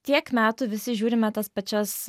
tiek metų visi žiūrime tas pačias